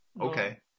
Okay